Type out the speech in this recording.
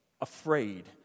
afraid